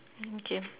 okay